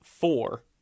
four